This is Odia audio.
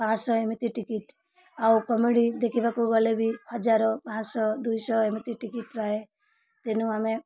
ପାଞ୍ଚ ଶହ ଏମିତି ଟିକେଟ୍ ଆଉ କମେଡ଼ି ଦେଖିବାକୁ ଗଲେ ବି ହଜାର ପାଞ୍ଚ ଶହ ଦୁଇ ଶହ ଏମିତି ଟିକେଟ୍ ରହେ ତେଣୁ ଆମେ